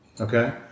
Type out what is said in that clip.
Okay